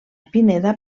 pineda